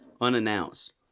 unannounced